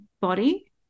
body